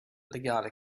legale